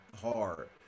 hard